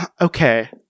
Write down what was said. Okay